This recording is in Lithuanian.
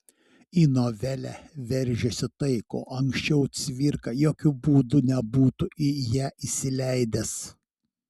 į novelę veržiasi tai ko anksčiau cvirka jokiu būdu nebūtų į ją įsileidęs